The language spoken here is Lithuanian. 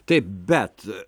taip bet